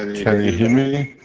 ah can you hear me?